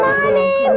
Mommy